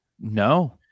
No